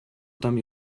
там